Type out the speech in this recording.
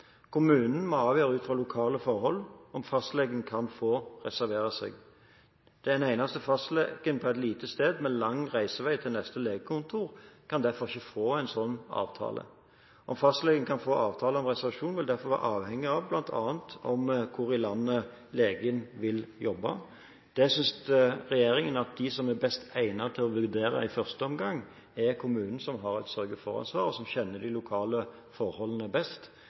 må avgjøre ut fra lokale forhold om fastleger kan få reservere seg. Den eneste fastlegen på et lite sted med lang reisevei til neste legekontor kan derfor ikke få en sånn avtale. Om en fastlege kan få avtale om reservasjon, vil derfor avhenge bl.a. av hvor i landet legen vil jobbe. Regjeringen synes at de som er best egnet til å vurdere dette i første omgang, er kommunen, som har et sørge-for-ansvar, og som kjenner de lokale forholdene best.